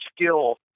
skill